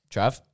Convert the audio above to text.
Trav